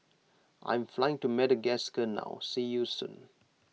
I am flying to Madagascar now see you soon